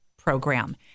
Program